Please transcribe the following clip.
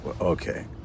okay